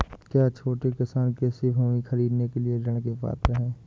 क्या छोटे किसान कृषि भूमि खरीदने के लिए ऋण के पात्र हैं?